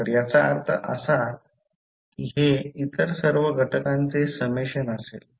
तर याचा अर्थ असा की हे इतर सर्व घटकांचे समेशन असेल